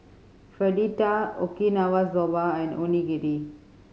Fritada Okinawa Soba and Onigiri